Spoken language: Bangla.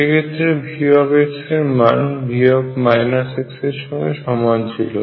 সেক্ষেত্রে V এর মান V এর সঙ্গে সমান ছিল